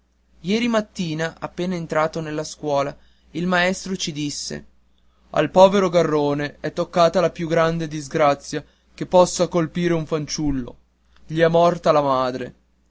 ieri mattina appena entrato nella scuola il maestro ci disse al povero garrone è toccata la più grande disgrazia che possa colpire un fanciullo gli è morta la madre